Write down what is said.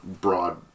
broad